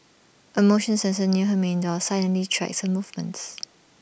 A motion sensor near her main door silently tracks her movements